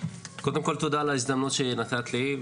קודם כל תודה על ההזדמנות שנתת לי,